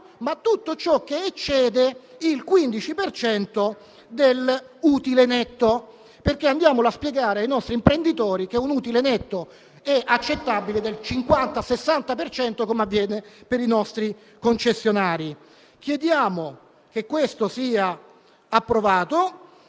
tutto ciò che eccede il 15 per cento dell'utile netto (e andiamo a spiegare ai nostri imprenditori che un utile netto è accettabile del 50-60 per cento, come avviene per i nostri concessionari). Chiediamo che questo sia approvato.